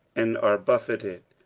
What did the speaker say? and are buffeted,